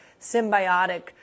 symbiotic